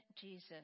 Jesus